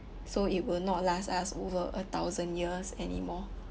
so it will not last us over a thousand years anymore